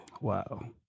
Wow